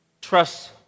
trust